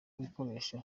ibikoresho